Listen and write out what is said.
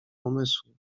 umysłu